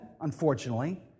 unfortunately